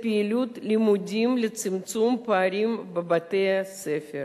פעילות לימודים לצמצום פערים בבתי-הספר,